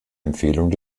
empfehlung